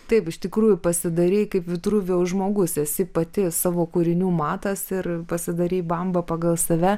taip iš tikrųjų pasidarei kaip vitruvio žmogus esi pati savo kūrinių matas ir pasidarei bambą pagal save